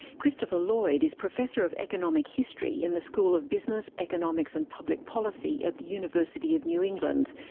christopher lloyd is professor of economic history in the school of business, economics and public policy at the university of new england,